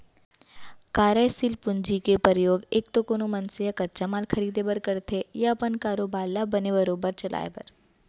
कारयसील पूंजी के परयोग एक तो कोनो मनसे ह कच्चा माल खरीदें बर करथे या अपन कारोबार ल बने बरोबर चलाय बर